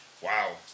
wow